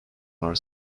are